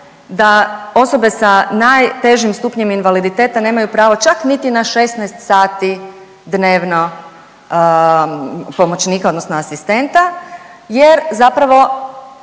da osobe sa najtežim stupnjem invaliditeta nemaju pravo čak niti 16 sati dnevno pomoćnika odnosno asistenta jer zapravo